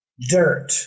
Dirt